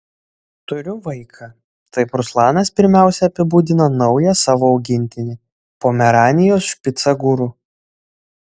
turiu vaiką taip ruslanas pirmiausia apibūdina naują savo augintinį pomeranijos špicą guru